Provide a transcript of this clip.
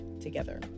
together